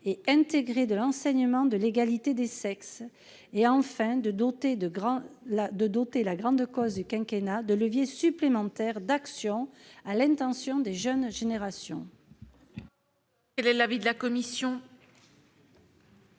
et intégré de l'enseignement de l'égalité des sexes et, enfin, de doter la grande cause du quinquennat de leviers supplémentaires d'action à l'intention des jeunes générations.